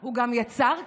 הוא גם יצר כאוס,